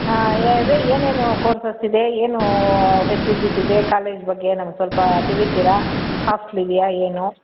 ಹಾಂ ಅದೇ ಏನೇನು ಕೋರ್ಸಸ್ ಇದೆ ಏನು ಫೆಸಿಲಿಟೀಸ್ ಇದೆ ಕಾಲೇಜ್ ಬಗ್ಗೆ ನಮ್ಗೆ ಸ್ವಲ್ಪ ತಿಳಿಸ್ತೀರಾ ಹಾಸ್ಟ್ಲು ಇದೆಯಾ ಏನು